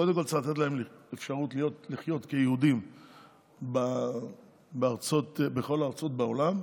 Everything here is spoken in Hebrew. קודם כול צריך לתת להם אפשרות לחיות כיהודים בכל הארצות בעולם.